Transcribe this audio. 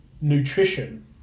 nutrition